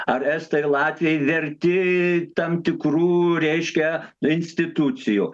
ar estai latviai verti tam tikrų reiškia institucijų